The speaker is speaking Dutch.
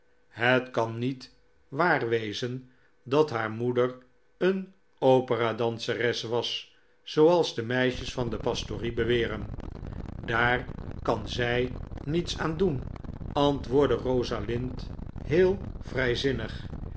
het kan niet waar wezen dat haar moeder een opera danseres was zooals de meisjes van de pastorie beweerden daar kan zij niets aan doen antwoordde rosalind heel vrijzinnig